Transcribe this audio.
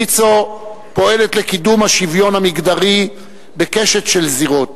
ויצו פועלת לקידום השוויון המגדרי בקשת של זירות: